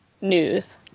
news